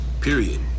period